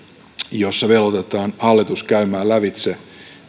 jossa velvoitetaan hallitus käymään lävitse